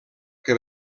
que